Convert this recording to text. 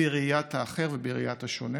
בראיית האחר ובראיית השונה